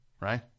Right